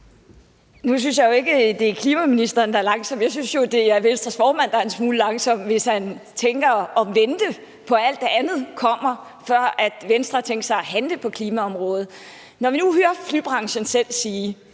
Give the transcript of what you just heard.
Nu synes jeg jo ikke, det er klimaministeren, der er langsom, for jeg synes, det er Venstres formand, der er en smule langsom, hvis han tænker at vente på, at alt det andet kommer, før Venstre har tænkt sig at handle på klimaområdet. Vi hører nu flybranchen selv sige,